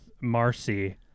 Marcy